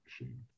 machine